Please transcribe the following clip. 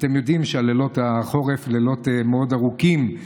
אתם יודעים שלילות החורף לילות מאוד ארוכים,